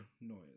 noise